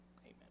Amen